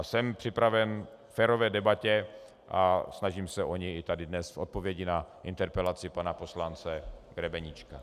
Jsem připraven k férové debatě a snažím se o ni i tady dnes v odpovědi na interpelaci pana poslance Grebeníčka.